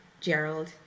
Gerald